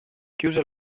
chiuse